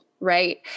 Right